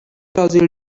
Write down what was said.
brazil